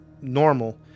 normal